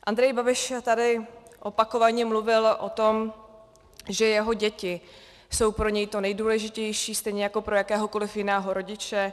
Andrej Babiš tady opakovaně mluvil o tom, že jeho děti jsou pro něj to nejdůležitější stejně jako pro jakéhokoliv jiného rodiče.